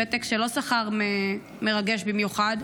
ותק שלא עם שכר מרגש במיוחד,